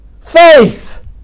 Faith